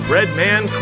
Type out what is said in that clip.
Redman